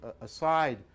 aside